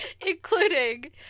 including